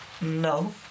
No